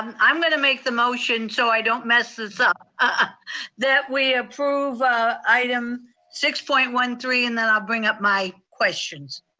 um i'm gonna make the motion, so i don't mess this up ah that we approve item six point one three, and then i'll bring up my questions.